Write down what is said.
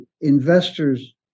investors